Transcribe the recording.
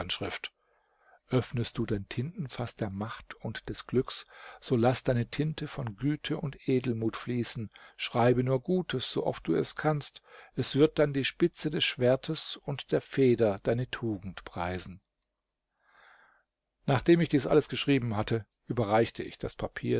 öffnest du dein tintenfaß der macht und des glücks so laß deine tinte von güte und edelmut fließen schreibe nur gutes so oft du es kannst es wird dann die spitze des schwertes und der feder deine tugend preisen nachdem ich dies alles geschrieben hatte überreichte ich das papier